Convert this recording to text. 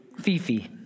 Fifi